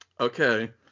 Okay